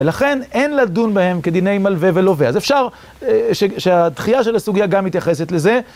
ולכן אין לדון בהם כדיני מלווה ולווה, אז אפשר שהדחייה של הסוגיה גם מתייחסת לזה.